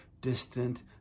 distant